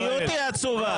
--- המציאות היא עצובה.